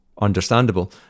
understandable